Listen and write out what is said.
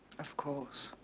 of course.